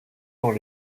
dans